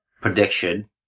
prediction